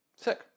Sick